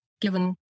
given